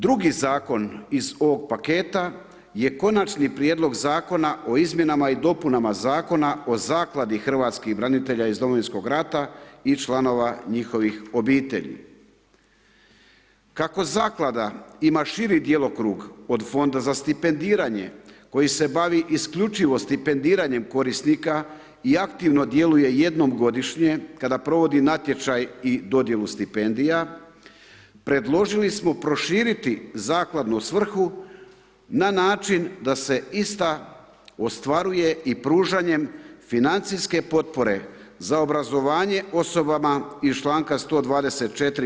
Drugi zakon iz ovog paketa je Konačni prijedlog zakona o izmjenama i dopunama Zakona o Zakladi hrvatskih branitelja iz Domovinskog rata i članova njihovih obitelji. kako Zaklada ima širi djelokrug od fonda za stipendiranje koji se bavi isključivo stipendiranjem korisnika i aktivno djeluje jednom godišnje kada provodi natječaj i dodjelu stipendija, predložili smo proširiti zakladnu svrhu na način da se ista ostvaruje i pružanjem financijske potpore za obrazovanje osobama iz članka 124.